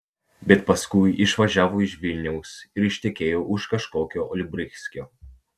bet paskui išvažiavo iš vilniaus ir ištekėjo už kažkokio olbrychskio